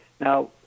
Now